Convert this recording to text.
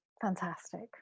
Fantastic